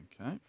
Okay